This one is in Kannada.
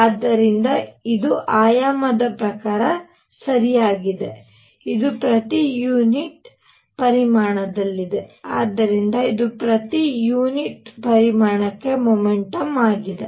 ಆದ್ದರಿಂದ ಇದು ಆಯಾಮದ ಪ್ರಕಾರ ಸರಿಯಾಗಿದೆ ಇದು ಪ್ರತಿ ಯುನಿಟ್ ಪರಿಮಾಣದಲ್ಲಿದೆ ಆದ್ದರಿಂದ ಇದು ಪ್ರತಿ ಯುನಿಟ್ ಪರಿಮಾಣಕ್ಕೆ ಮೊಮೆಂಟಮ್ ಆಗಿದೆ